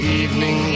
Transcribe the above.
evening